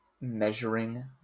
measuring